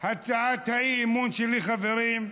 הצעת האי-אמון שלי, חברים,